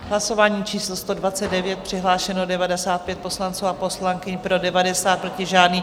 Hlasování číslo 129, přihlášeno 95 poslanců a poslankyň, pro 90, proti žádný.